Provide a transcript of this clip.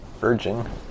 Virgin